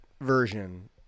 version